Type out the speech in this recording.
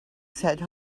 said